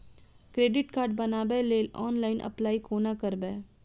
Credit card बनाबै लेल online apply कोना करबै?